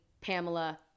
Pamela